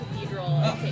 cathedral